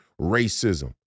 racism